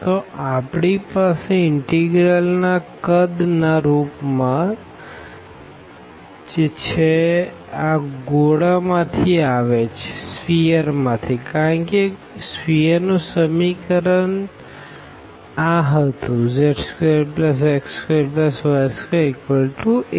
તો આપણી પાસે ઇનટેગરલ આ કદ ના રૂપ માં છે જે આ સ્ફીઅર માં થી આવે છે કારણ કે સ્ફીઅરનું ઇક્વેશન આ હતુંz2x2y2a2